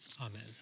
Amen